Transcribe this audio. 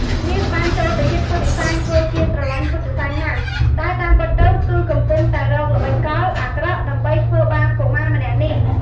នាងបានចូលទៅជិតពុទ្ធិសែនធ្វើជាស្រឡាញ់ពុទ្ធិសែនណាស់ តែតាមពិតទៅគឺកំពុងតែរកល្បិចកលអាក្រក់ដើម្បីធ្វើបាបកុមារម្នាក់នេះ។